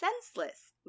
senseless